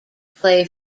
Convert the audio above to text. play